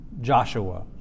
Joshua